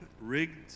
rigged